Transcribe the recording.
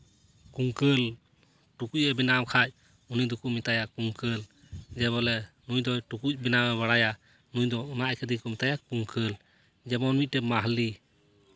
ᱠᱩᱝᱠᱟᱹᱞ ᱴᱩᱠᱩᱡ ᱮ ᱵᱮᱱᱟᱣ ᱠᱷᱟᱡ ᱩᱱᱤ ᱫᱚᱠᱚ ᱢᱮᱛᱟᱭᱟ ᱠᱩᱝᱠᱟᱹᱞ ᱡᱮ ᱵᱚᱞᱮ ᱱᱩᱭ ᱫᱚ ᱴᱩᱠᱩᱡ ᱵᱮᱱᱟᱣᱮ ᱵᱟᱲᱟᱭᱟ ᱱᱩᱭ ᱫᱚ ᱚᱱᱟ ᱠᱷᱟᱹᱛᱤᱨ ᱠᱚ ᱢᱮᱛᱟᱭᱟ ᱠᱩᱝᱠᱟᱹᱞ ᱡᱮᱢᱚᱱ ᱢᱤᱫᱴᱮᱡ ᱢᱟᱦᱞᱮ